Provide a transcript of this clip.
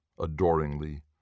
adoringly